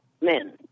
men